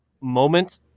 moment